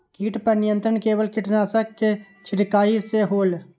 किट पर नियंत्रण केवल किटनाशक के छिंगहाई से होल?